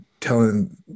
telling